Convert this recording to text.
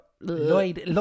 Lloyd